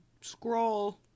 scroll